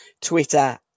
Twitter